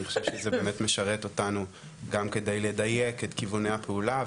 אני חושב שזה באמת משרת אותנו גם כדי לדייק את כיווני הפעולה,